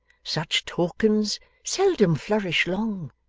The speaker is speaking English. such tokens seldom flourish long.